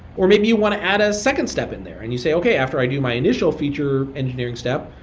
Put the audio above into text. or maybe you want to add a second step in there and you say, okay, after i do my initial feature engineering step,